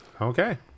Okay